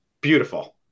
beautiful